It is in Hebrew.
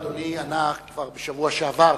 הואיל ואדוני ענה כבר בשבוע שעבר,